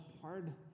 hard